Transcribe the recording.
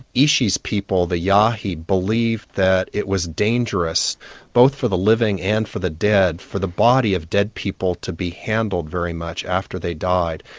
ishi's people, the yahi, believed that it was dangerous both for the living and the dead for the body of dead people to be handled very much after they died.